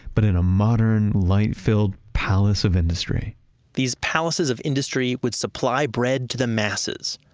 but in a modern light-filled palace of industry these palaces of industry would supply bread to the masses,